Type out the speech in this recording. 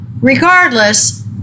regardless